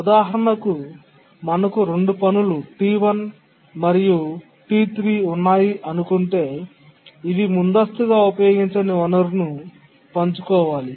ఉదాహరణకు మనకు 2 పనులు T1 మరియు T3 ఉన్నాయి అనుకుంటే ఇవి ముందస్తుగా ఉపయోగించని వనరును పంచుకోవాలి